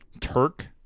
Turk